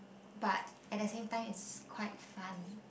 but at the same time it's quite fun